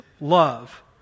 love